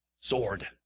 sword